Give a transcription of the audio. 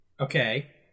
okay